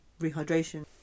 rehydration